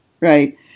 right